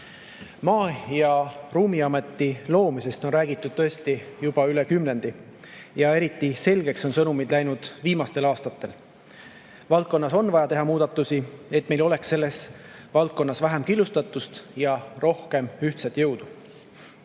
Maa‑ ja Ruumiameti loomisest on räägitud tõesti juba üle kümnendi ja eriti selgeks on sõnumid läinud viimastel aastatel. Valdkonnas on vaja teha muudatusi, et meil oleks selles valdkonnas vähem killustatust ja rohkem ühtset jõudu.